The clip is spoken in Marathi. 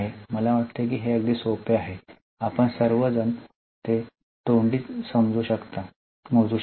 मला वाटते की हे अगदी सोपे आहे आपण सर्व जण तोंडी ते मोजू शकता